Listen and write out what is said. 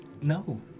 No